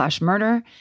murder